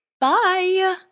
Bye